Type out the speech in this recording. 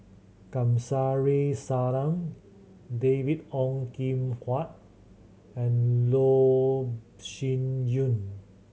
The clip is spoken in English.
Kamsari Salam David Ong Kim Huat and Loh Sin Yun